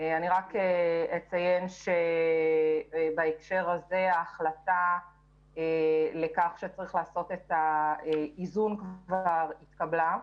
אני רק אציין שבהקשר הזה ההחלטה לכך שצריך לעשות את האיזון כבר התקבלה,